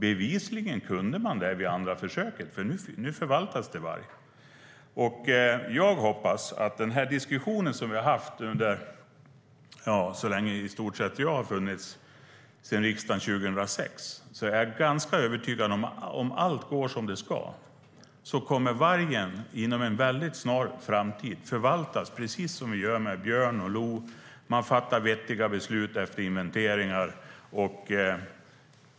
Bevisligen kunde man det vid andra försöket, för nu förvaltas det varg. Jag hoppas på den diskussion som vi har haft i stort sett så länge som jag har funnits i riksdagen, sedan 2006. Om allt går som det ska är jag ganska övertygad om att vargen inom en snar framtid kommer att förvaltas på precis samma sätt som vi gör med björn och lo: Man fattar vettiga beslut efter inventeringar.